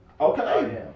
okay